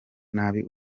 nabi